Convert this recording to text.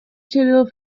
schedule